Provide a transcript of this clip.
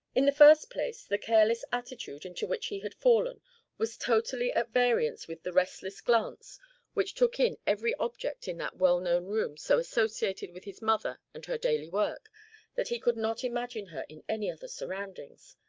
in the first place, the careless attitude into which he had fallen was totally at variance with the restless glance which took in every object in that well-known room so associated with his mother and her daily work that he could not imagine her in any other surroundings,